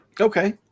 Okay